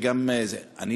אני